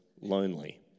lonely